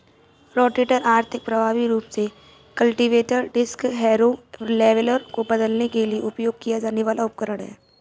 rotator आर्थिक, प्रभावी रूप से कल्टीवेटर, डिस्क हैरो, लेवलर को बदलने के लिए उपयोग किया जाने वाला उपकरण है